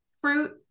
fruit